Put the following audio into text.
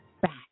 back